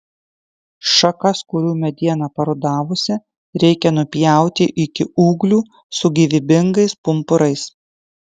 šakas kurių mediena parudavusi reikia nupjauti iki ūglių su gyvybingais pumpurais